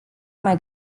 mai